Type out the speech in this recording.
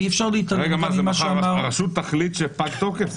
האם מחר הרשות תחליט שפג תוקף?